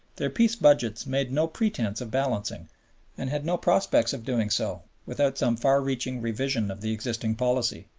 their peace budgets made no pretense of balancing and had no prospects of doing so, without some far-reaching revision of the existing policy.